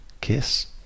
kiss